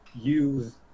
use